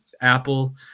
Apple